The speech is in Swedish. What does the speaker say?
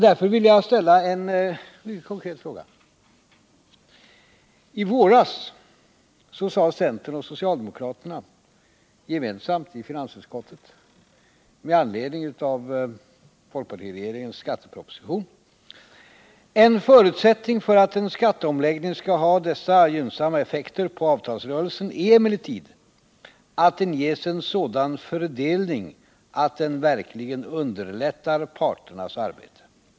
Därför vill jag ställa en mycket konkret fråga. I våras sade centern och socialdemokraterna gemensamt i finansutskottet, med anledning av folkpartiregeringens skatteproposition: ”En förutsättning för att en skatteomläggning skall ha dessa effekter på avtalsrörelsen är emellertid att den ges en sådan fördelning att den verkligen underlättar parternas arbete.